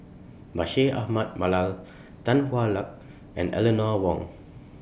Bashir Ahmad Mallal Tan Hwa Luck and Eleanor Wong